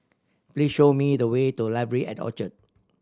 please show me the way to Library at Orchard